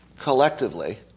collectively